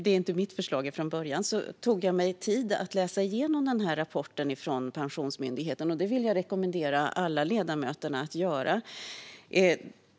Men när jag först såg förslaget tog jag mig tid att läsa igenom rapporten från Pensionsmyndigheten - det vill jag rekommendera alla ledamöter att göra.